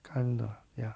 干 lah ya